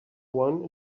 one